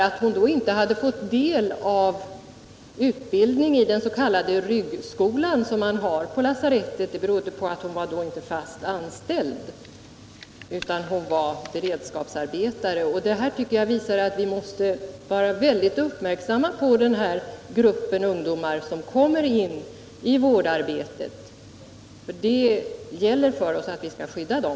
Att hon inte hade fått del av utbildningen i den s.k. ryggskolan som man har på lasarettet berodde på att hon inte var fast anställd utan var beredskapsarbetare. Det här visar, tycker jag, att vi måste vara uppmärksamma på den här gruppen ungdomar som kommer in i vårdarbetet. Det gäller för oss att skydda dem.